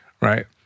right